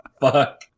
Fuck